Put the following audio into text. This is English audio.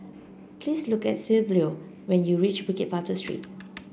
please look for Silvio when you reach Bukit Batok Street